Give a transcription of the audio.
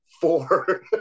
four